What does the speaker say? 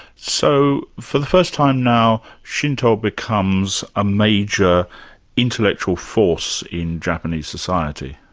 so for the first time now, shinto becomes a major intellectual force in japanese society?